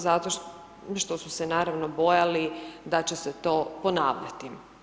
Zašto što su se naravno bojali da će se to ponavljati.